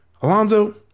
Alonzo